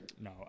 No